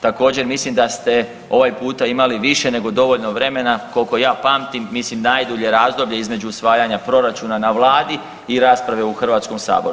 Također mislim da ste ovaj puta imali više nego dovoljno vremena, koliko ja pamtim mislim najdulje razdoblje između usvajanja proračuna na vladi i rasprave u Hrvatskom saboru.